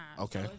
okay